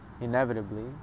inevitably